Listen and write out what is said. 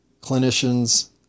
clinician's